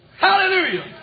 Hallelujah